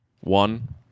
One